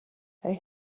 they